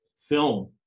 film